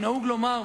נהוג לומר,